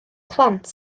plant